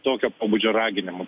tokio pobūdžio raginimų